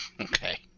Okay